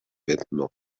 vêtements